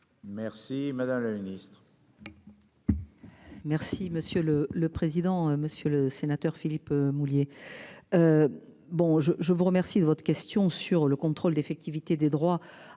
Merci, madame la Ministre.